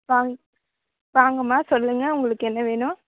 வாங்க வாங்கம்மா சொல்லுங்கள் உங்களுக்கு என்ன வேணும்